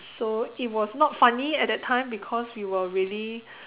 so it was not funny at that time because we were really